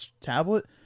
tablet